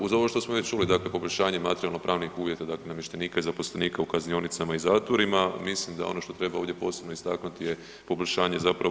Uz ovo što smo već čuli, dakle poboljšanje materijalno pravnih uvjeta dakle namještenika i zaposlenika u kaznionicama i zatvorima mislim da ono što treba ovdje posebno istaknuti je poboljšanje zapravo